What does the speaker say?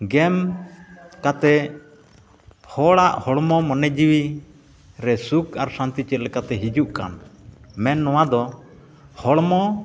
ᱜᱮᱢ ᱠᱟᱛᱮᱫ ᱦᱚᱲᱟᱜ ᱦᱚᱲᱢᱚ ᱢᱚᱱᱮ ᱡᱤᱣᱤᱨᱮ ᱥᱩᱠᱷ ᱟᱨ ᱥᱟᱱᱛᱤ ᱪᱮᱫ ᱞᱮᱠᱟᱛᱮ ᱦᱤᱡᱩᱜ ᱠᱟᱱ ᱢᱮᱱ ᱱᱚᱣᱟᱫᱚ ᱦᱚᱲᱢᱚ